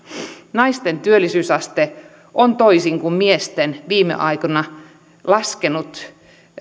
naisten työllisyysaste on toisin kuin miesten viime aikoina laskenut